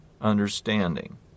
understanding